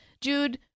Jude